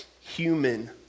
human